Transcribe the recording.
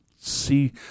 see